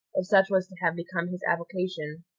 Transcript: if such was to have become his avocation.